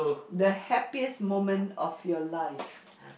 the happiest moment of your life